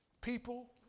people